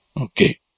Okay